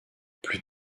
plus